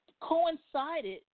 coincided